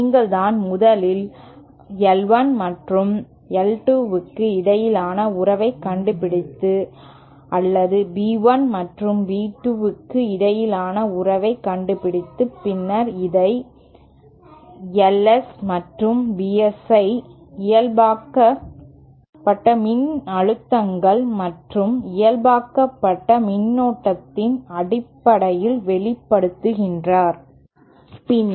நீங்கள் தான்முதலில் I 1 மற்றும் I 2 க்கு இடையிலான உறவைக் கண்டுபிடித்து அல்லது B 1 மற்றும் B 2 க்கு இடையிலான உறவைக் கண்டுபிடித்து பின்னர் இதை Is மற்றும் Bsஐ இயல்பாக்கப்பட்ட மின்னழுத்தங்கள் மற்றும் இயல்பாக்கப்பட்ட மின்னோட்டத்தின் அடிப்படையில் வெளிப்படுத்துகிறீர்கள்